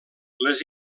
les